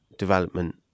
development